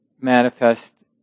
manifest